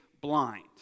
blind